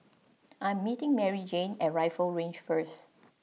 I'm meeting Maryjane at Rifle Range first